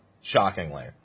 Shockingly